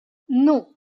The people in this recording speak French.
non